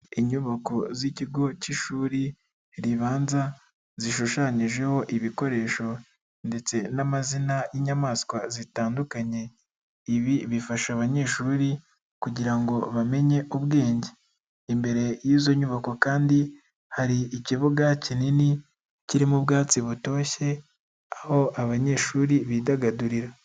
Inyubako z'ikigo cy'ishuri ribanza, zishushanyijeho ibikoresho ndetse n'amazina y'inyamaswa zitandukanye. Ibi bifasha abanyeshuri kugira ngo bamenye ubwenge. Imbere y'izo nyubako kandi hari ikibuga kinini, kirimo ubwatsi butoshye, aho abanyeshuri bidagadurira.